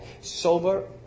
sober